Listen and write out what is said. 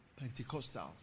pentecostals